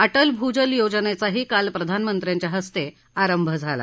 अटल भूजल योजनेचाही काल प्रधानमंत्र्यांच्या हस्ते आरंभ झाला